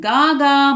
Gaga